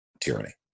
tyranny